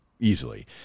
easily